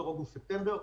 באזור אוגוסט-ספטמבר.